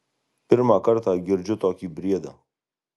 pirmą kartą girdžiu tokį briedą